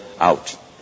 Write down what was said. out